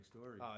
story